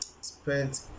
spent